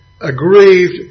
aggrieved